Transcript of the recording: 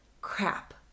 crap